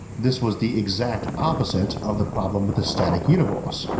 this was the exact opposite of the problem with the static universe,